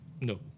No